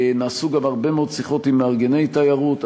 נעשו גם הרבה מאוד שיחות עם מארגני תיירות.